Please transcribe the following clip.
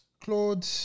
Claude